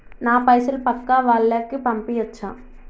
నా పైసలు పక్కా వాళ్ళకు పంపియాచ్చా?